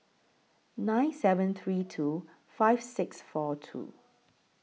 nine seven three two five six four two